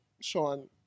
sean